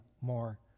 more